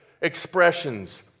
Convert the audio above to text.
expressions